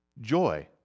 Joy